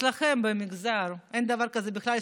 אצלכם במגזר אין דבר כזה בכלל.